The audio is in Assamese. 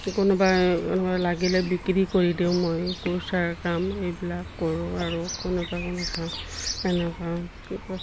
কোনোবা কোনোবা লাগিলে বিক্ৰী কৰি দিওঁ মই কুৰ্চাৰ কাম এইবিলাক কৰোঁ আৰু কোনোবা কোনোবা এনেকুৱা